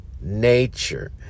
nature